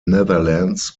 netherlands